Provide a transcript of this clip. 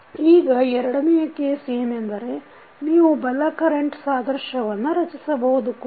ಈಗ ಎರಡನೆಯ ಕೇಸ್ ಏನೆಂದರೆ ನೀವು ಬಲ ಕರೆಂಟ್ ಸಾದೃಶ್ಯವನ್ನು ರಚಿಸಬಹುದು ಕೂಡ